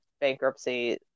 bankruptcy